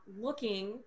looking